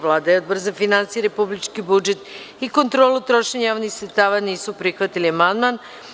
Vlada i Odbor za finansije, republički budžet i kontrolu trošenja javnih sredstava nisu prihvatili amandman.